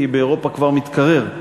כי באירופה כבר מתקרר.